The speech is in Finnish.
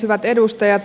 hyvät edustajat